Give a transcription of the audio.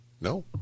No